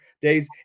days